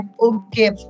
okay